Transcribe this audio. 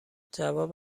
جواب